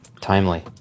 Timely